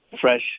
fresh